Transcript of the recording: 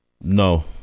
No